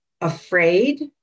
afraid